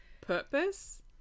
purpose